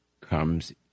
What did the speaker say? comes